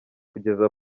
kugeza